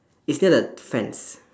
it's near the fence